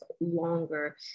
longer